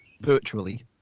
virtually